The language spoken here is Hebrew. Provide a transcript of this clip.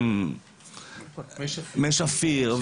בדיקת מי שפיר,